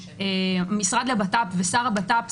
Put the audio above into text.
המשרד לביטחון פנים והשר לביטחון פנים